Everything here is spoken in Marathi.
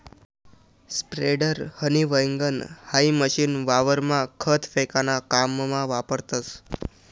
स्प्रेडर, हनी वैगण हाई मशीन वावरमा खत फेकाना काममा वापरतस